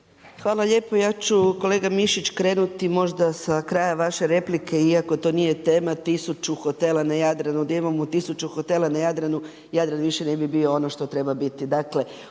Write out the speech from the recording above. Hvala lijepo. Ja ću kolega Mišić krenuti možda sa kraja vaše replike iako to nije tema, 1000 hotela na Jadranu, da imamo 1000 hotela na Jadranu, Jadran više ne bi bio ono što treba biti.